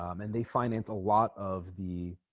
um and they financed a lot of the